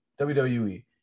WWE